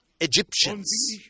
Egyptians